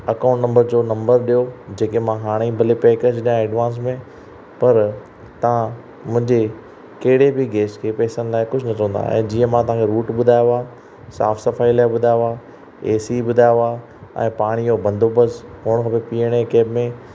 account number जो number ॾियो जेके मां हाणे ई बिल पे करे छॾियां एडवांस में पर तव्हां मुंहिंजे कहिड़े बि गेस्ट खे पैसनि लाइ कुझु न चवंदा ऐं जीअं मां तव्हांखे रूट ॿुधायो आहे साफ़ु सफ़ाईअ लाइ ॿुधायो आहे ए सी ॿुधायो आहे ऐं पाणीअ जो बंदोबस्त हुअणु खपे पीअण जे कैब में